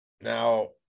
now